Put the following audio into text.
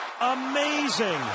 amazing